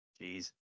Jeez